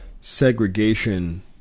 segregation